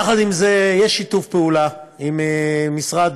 יחד עם זה, יש שיתוף פעולה עם המשרד